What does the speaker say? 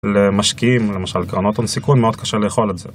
למשקיעים, למשל קרנות הון סיכון מאוד קשה לאכול את זה.